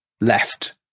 left